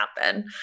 happen